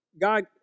God